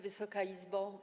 Wysoka Izbo!